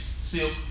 silk